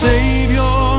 Savior